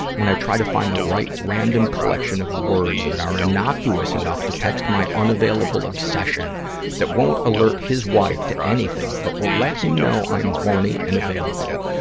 when i try to find the right, random collection words that are innocuous enough to text my unavailable obsession that won't alert his wife to anything, but will let him know i'm horny and available.